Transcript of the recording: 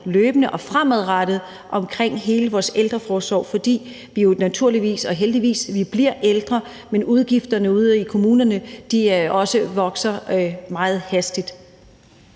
løbende udfordring fremadrettet med hele vores ældreforsorg, fordi vi jo naturligvis og heldigvis bliver ældre, men udgifterne ude i kommunerne vokser også meget hastigt.